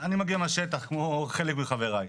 אני מגיע מהשטח כמו חלק מחבריי.